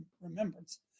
remembrance